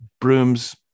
brooms